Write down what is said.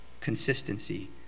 consistency